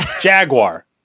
Jaguar